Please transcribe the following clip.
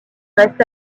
restent